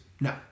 No